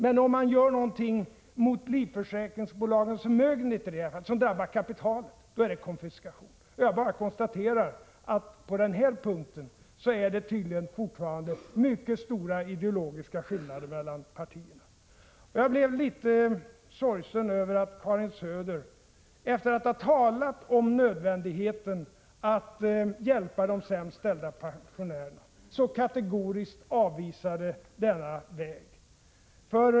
Men om man gör någonting mot livförsäkringsbolagens förmögenheter, någonting som drabbar kapitalet, då är det konfiskation. Jag bara konstaterar att det på den här punkten tydligen fortfarande är mycket stora ideologiska skillnader mellan partierna. Jag blev litet sorgsen över att Karin Söder, efter att ha talat om nödvändigheten av att hjälpa de sämst ställda pensionärerna, så kategoriskt avvisade denna väg.